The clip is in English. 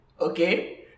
okay